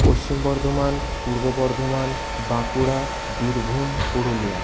Paschim Bardhaman Purba Bardhaman Bankura Birbhum Purulia